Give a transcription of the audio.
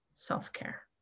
Self-care